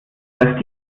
dass